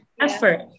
effort